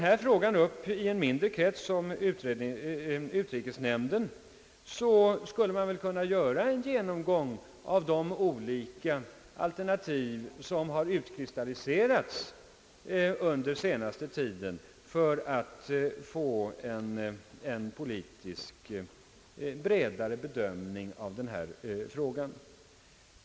Man skulle väl i en mindre krets, såsom t.ex. inom utrikesnämnden, kunna göra en genomgång av de olika alternativ, som har utkristalliserats under den senaste tiden, för att få en politiskt bredare bedömning av denna fråga.